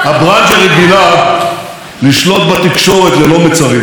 הברנז'ה רגילה לשלוט בתקשורת ללא מצרים.